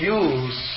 use